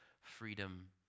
freedom